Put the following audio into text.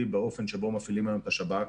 באופן שבו מפעילים היום את השב"כ.